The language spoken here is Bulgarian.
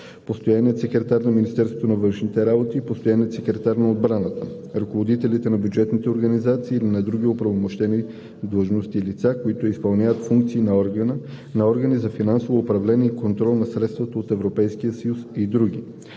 постоянният секретар на Министерството на външните работи и постоянният секретар на отбраната, ръководителите на бюджетни организации или други оправомощени длъжностни лица, които изпълняват функции на органи за финансово управление и контрол на средства от Европейския съюз и други.